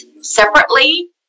separately